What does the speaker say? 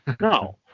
No